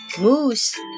moose